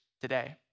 today